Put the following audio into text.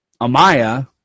Amaya